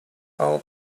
out